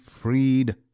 freed